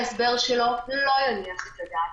יכול להיות שההסבר שלו לא יניח את הדעת,